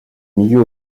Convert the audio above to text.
milieu